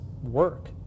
work